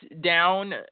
down